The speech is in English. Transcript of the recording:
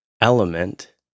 element